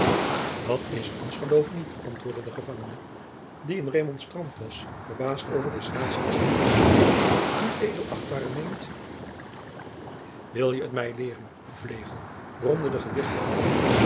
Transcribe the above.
dat is ons geloof niet antwoordde de gevan jacob van lennep de pleegzoon gene die een remonstrant was verbaasd over des raadsheers onkunde ued achtbare meent wil je t mij leeren vlegel bromde de gewichtige man